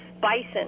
bison